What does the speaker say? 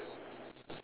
ya sure